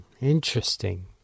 Interesting